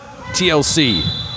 TLC